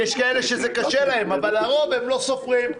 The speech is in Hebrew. יש כאלה שזה קשה להם, אבל הרוב לא סופרים.